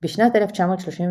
בשנת 1931